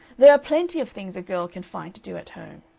there are plenty of things a girl can find to do at home.